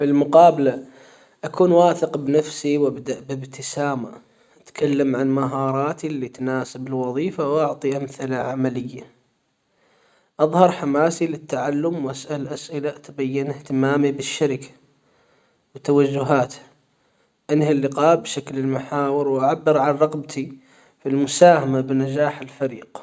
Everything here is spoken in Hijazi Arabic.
في المقابلة اكون واثق بنفسي وابدأ بابتسامة. اتكلم عن مهاراتي اللي تناسب الوظيفة واعطي امثلة عملية. اظهر حماسي للتعلم واسأل اسئلة تبين اهتمامي بالشركة. وتوجهات انهي اللقاء بشكل المحاور وأعبر عن رغبتي في المساهمة بنجاح الفريق